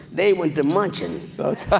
they went to munch and